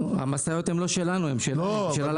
המשאיות הן לא שלנו, הן של הלקוח.